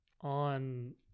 on